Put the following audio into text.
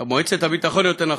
או מועצת הביטחון, יותר נכון.